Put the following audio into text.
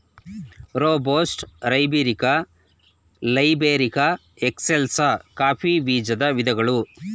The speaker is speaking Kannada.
robusta, arabica, liberica, excelsa coffee ಬೀಜದ ವಿಧಗಳು